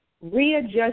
readjust